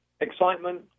excitement